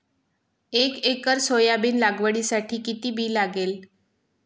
एक acre soybean लागवडीसाठी किती बी लागेल?